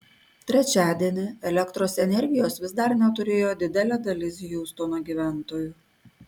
trečiadienį elektros energijos vis dar neturėjo didelė dalis hiūstono gyventojų